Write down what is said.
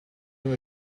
know